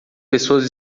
pessoas